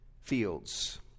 fields